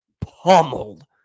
pummeled